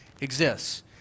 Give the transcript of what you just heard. exists